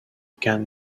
can